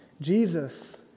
Jesus